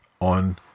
on